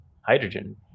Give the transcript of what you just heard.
hydrogen